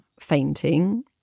fainting